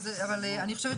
אני מבקשת